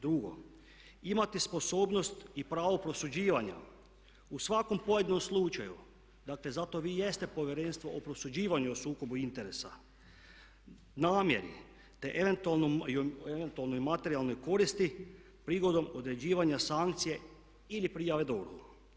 Drugo, imati sposobnost i pravo prosuđivanja u svakom pojedinom slučaju, dakle zato vi jeste Povjerenstvo o prosuđivanju o sukobu interesa, namjeri, te eventualnoj materijalnoj koristi prigodom određivanja sankcije ili prijave DORH-u.